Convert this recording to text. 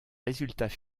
résultats